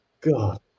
God